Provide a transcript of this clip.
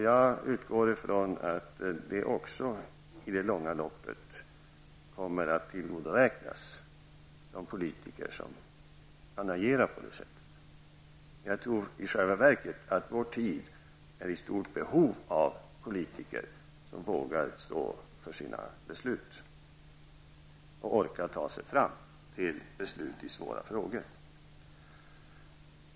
Jag utgår ifrån att detta i det långa loppet kommer att tillgodoräknas de politiker som agerar på det sättet. Jag tror att vår tid i själva verket är i stort behov av politiker som vågar stå för sina beslut och orkar ta sig fram till beslut i svåra frågor.